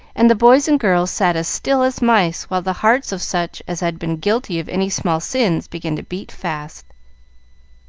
and the boys and girls sat as still as mice, while the hearts of such as had been guilty of any small sins began to beat fast